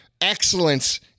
excellence